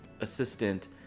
assistant